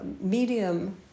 medium